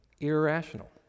irrational